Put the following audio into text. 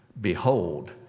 behold